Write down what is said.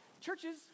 churches